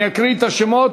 אני אקריא את השמות: